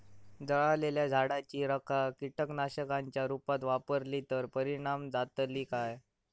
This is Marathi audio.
जळालेल्या झाडाची रखा कीटकनाशकांच्या रुपात वापरली तर परिणाम जातली काय?